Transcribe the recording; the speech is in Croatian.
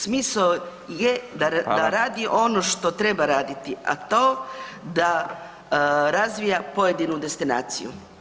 Smisao je [[Upadica: Fala]] da radi ono što treba raditi, a to da razvija pojedinu destinaciju.